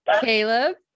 Caleb